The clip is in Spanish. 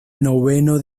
noveno